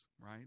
right